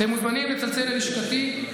אתם מוזמנים לצלצל ללשכתי,